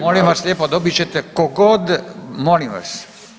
Molim vas lijepo dobit ćete, tko god molim vas.